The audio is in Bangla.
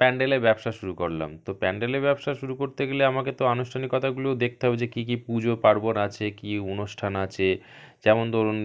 প্যান্ডেলের ব্যবসা শুরু করলাম তো প্যান্ডেলের ব্যবসা শুরু করতে গেলে আমাকে তো আনুষ্ঠানিকতাগুলোও দেখতে হবে যে কী কী পুজো পার্বণ আছে কী অনুষ্ঠান আছে যেমন ধরুন